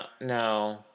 no